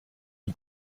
die